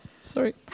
Sorry